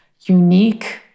unique